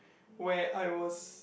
where I was